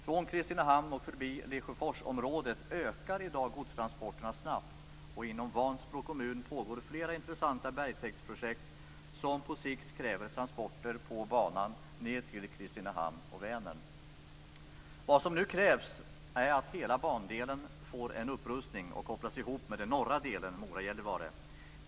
Från Kristinehamn och förbi Lesjöforsområdet ökar i dag godstransporterna snabbt, och inom Vansbro kommun pågår flera intressanta bergtäktsprojekt som på sikt kräver transporter på banan ned till Kristinehamn och Vad som nu krävs är att hela bandelen får en upprustning och kopplas ihop med den norra delen, Mora-Gällivare.